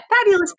fabulous